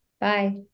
Bye